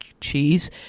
cheese